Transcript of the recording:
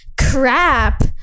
crap